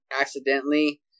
accidentally